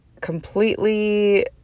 completely